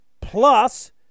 Plus